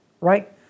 Right